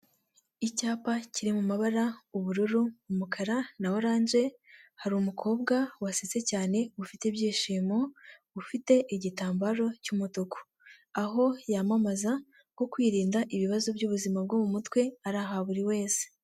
Icyapa kiri mu mabara, ubururu, umukara na oranje, hari umukobwa wasetse cyane ufite ibyishimo ufite igitambaro cy'umutuku, aho yamamaza ko kwirinda ibibazo by'ubuzima bwo mu mutwe ari aha buri wese.